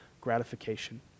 gratification